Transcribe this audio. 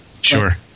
Sure